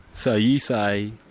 so you say